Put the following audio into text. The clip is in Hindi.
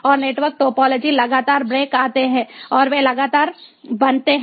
और नेटवर्क टोपोलॉजी लगातार ब्रेक आते हैं और वे लगातार बनाते हैं